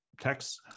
Text